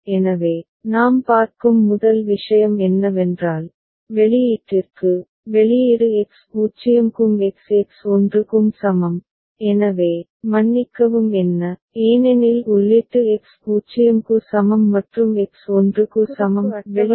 எனவே நாம் பார்க்கும் முதல் விஷயம் என்னவென்றால் வெளியீட்டிற்கு வெளியீடு எக்ஸ் 0 க்கும் எக்ஸ் எக்ஸ் 1 க்கும் சமம் எனவே மன்னிக்கவும் என்ன ஏனெனில் உள்ளீட்டு எக்ஸ் 0 க்கு சமம் மற்றும் எக்ஸ் 1 க்கு சமம் வெளியீடுகள் என்ன